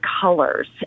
colors